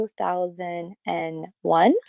2001